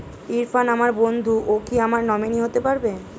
ইরফান আমার বন্ধু ও কি আমার নমিনি হতে পারবে?